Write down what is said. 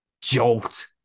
jolt